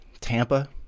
Tampa